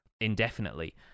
indefinitely